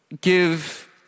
give